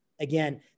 Again